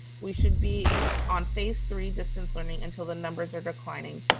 we should be on phase three distance learning until the numbers are declining,